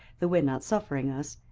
the wind not suffering us,